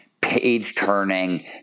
page-turning